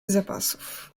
zapasów